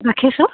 ৰাখিছোঁ